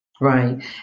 Right